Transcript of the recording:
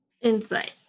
Insight